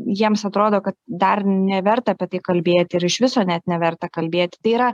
jiems atrodo kad dar neverta apie tai kalbėti ir iš viso net neverta kalbėti tai yra